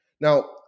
Now